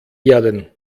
erden